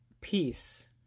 peace